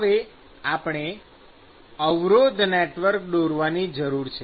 હવે આપણે અવરોધ નેટવર્ક દોરવાની જરૂર છે